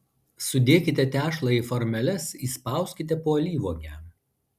sudėkite tešlą į formeles įspauskite po alyvuogę